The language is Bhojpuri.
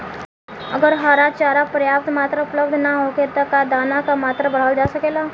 अगर हरा चारा पर्याप्त मात्रा में उपलब्ध ना होखे त का दाना क मात्रा बढ़ावल जा सकेला?